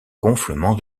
gonflement